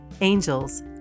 angels